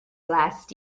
last